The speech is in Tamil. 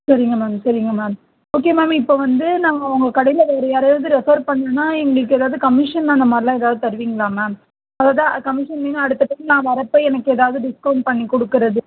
சரிங்க மேம் சரிங்க மேம் ஓகே மேம் இப்போ வந்து நாங்கள் உங்கள் கடையில் வேறு யாரையாவது ரெஃபர் பண்ணுனோம்னா எங்களுக்கு ஏதாவது கமிஷன் அந்த மாதிரிலாம் எதாது தருவிங்களா மேம் அதாவது கமிஷன் மீன் அடுத்த டைம் நான் வர்றப்போ எனக்கு எதாவது டிஸ்க்கவுண்ட் பண்ணி கொடுக்கறது